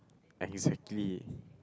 exactly